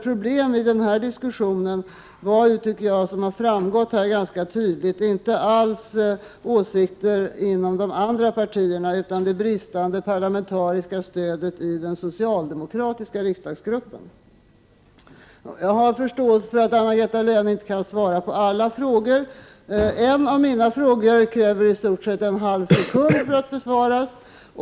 Problemet i den här diskussionen har — vilket jag tycker har framgått ganska tydligt — inte alls skapats av åsikter inom de andra partierna, utan av det bristande parlamentariska stödet i den socialdemokratiska riksdagsgruppen. Jag har förståelse för att Anna-Greta Leijon inte kan svara på alla frågor. En av mina frågor kräver i stort sett bara en halv sekund för att besvaras.